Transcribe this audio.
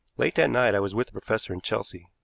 late that night i was with the professor in chelsea.